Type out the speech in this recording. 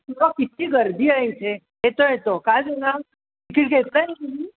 अग किती गर्दी आहे इथे येतो येतो काय झालं तिकीट घेतलं आहे ना तुम्ही